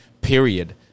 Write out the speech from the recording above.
period